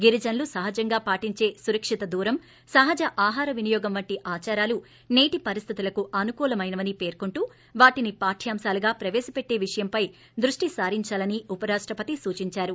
గిరిజనుల సహజంగా పాటించే సురక్షిత దూరం సహజ ఆహార వినియోగం వంటి ఆచారాలు సేటి పరిస్దితులకు అనకూలమైనవని పేర్కొంటూ వాటిని పార్యంశాలుగా ప్రవేశపెట్టే విషయంపై దృష్టి సారించాలని ఉప రాష్టపతి సూచించారు